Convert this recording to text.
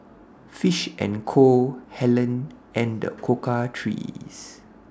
Fish and Co Helen and The Cocoa Trees